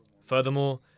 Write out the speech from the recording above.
Furthermore